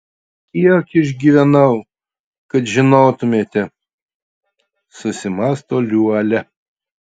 kiek išgyvenau kad žinotumėte susimąsto liuolia